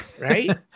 right